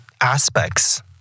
aspects